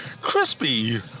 Crispy